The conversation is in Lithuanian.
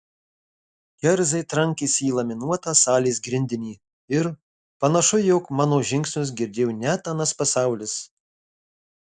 kerzai trankėsi į laminuotą salės grindinį ir panašu jog mano žingsnius girdėjo net anas pasaulis